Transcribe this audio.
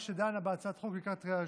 שדנה בהצעת חוק לקראת קריאה ראשונה.